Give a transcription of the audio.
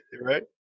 right